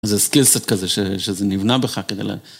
איזה סקיל-סט כזה, שזה נבנה בך כדי ל...